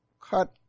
Cut